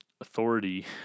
authority